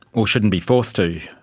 or shouldn't be forced to.